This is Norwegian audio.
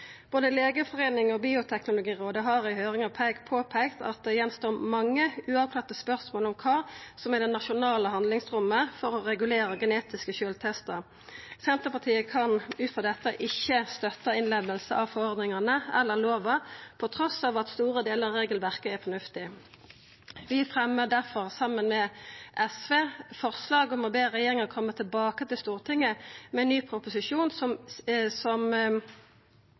Både Legeforeningen og Bioteknologirådet har i høyringa peikt på at det står att mange uavklarte spørsmål om kva som er det nasjonale handlingsrommet for å regulera genetiske sjølvtestar. Senterpartiet kan ut frå dette ikkje støtta innleminga av forordningane eller lova trass i at store delar av regelverket er fornuftig. Vi fremjar difor, saman med SV, forslag om å be regjeringa koma tilbake til Stortinget med ein ny proposisjon